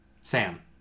Sam